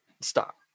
stop